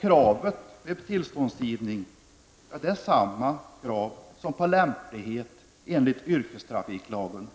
Kravet när det gäller tillståndsgivning är detsamma som på lämpligheten enligt yrkestrafiklagen.